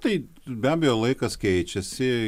tai be abejo laikas keičiasi